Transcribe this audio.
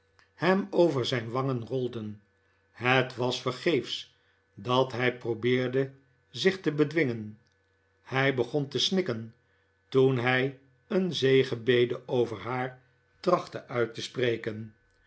hem over zijn wangen rolden het was vergeefs dat hij probeerde zich te bedwingen hij begon te snikken toen hij een zegenbede over haar trachtte uit te spreken